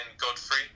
Godfrey